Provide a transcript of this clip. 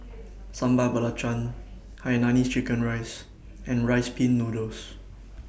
Sambal Belacan Hainanese Chicken Rice and Rice Pin Noodles